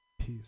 Peace